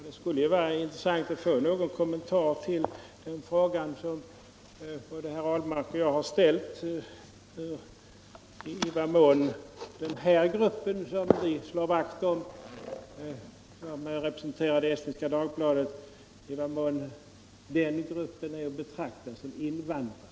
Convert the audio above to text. Det skulle vara intressant att få någon kommentar till den fråga som både herr Ahlmark och jag har ställt — i vad mån den här gruppen, som vi slår vakt om och som representeras av Estniska Dagbladet, är att betrakta som invandrare.